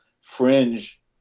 fringe